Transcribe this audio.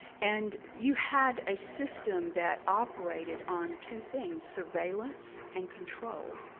and you had a system that operated on two things, surveillance and control.